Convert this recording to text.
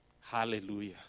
Hallelujah